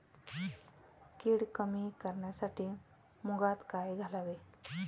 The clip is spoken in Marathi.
कीड कमी करण्यासाठी मुगात काय घालावे?